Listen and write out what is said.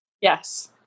Yes